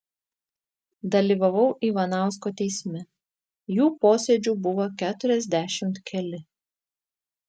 dalyvavau ivanausko teisme jų posėdžių buvo keturiasdešimt keli